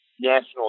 national